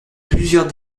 plusieurs